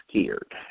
scared